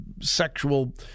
sexual